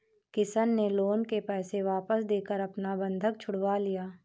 किशन ने लोन के पैसे वापस देकर अपना बंधक छुड़वा लिया